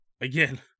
again